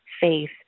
faith